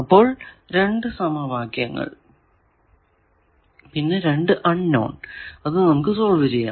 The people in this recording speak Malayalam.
അപ്പോൾ രണ്ടു സമവാക്യങ്ങൾ പിന്നെ രണ്ടു അൺനോൺ അത് നമുക്ക് സോൾവ് ചെയ്യാം